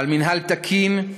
על מינהל תקין,